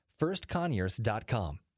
firstconyers.com